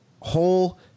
whole